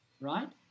right